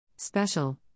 Special